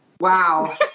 Wow